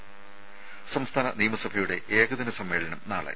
ത സംസ്ഥാന നിയമസഭയുടെ ഏകദിന സമ്മേളനം നാളെ